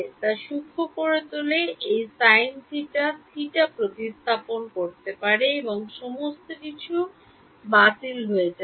তা সূক্ষ্ম করে তোলে সেই Sine theta theta প্রতিস্থাপন করতে পারে এবং সমস্ত কিছু বাতিল হয়ে যাবে